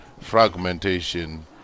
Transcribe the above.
fragmentation